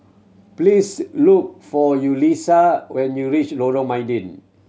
please look for Yulissa when you reach Lorong Mydin